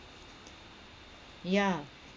yeah